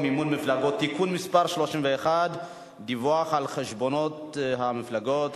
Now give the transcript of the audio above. מפלגות (תיקון מס' 31) (דיווח על חשבונות המפלגות),